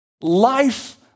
Life